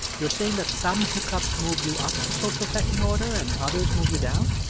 you're saying that some hookups move you up the social pecking order and others move you down?